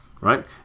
Right